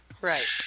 Right